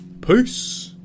Peace